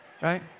right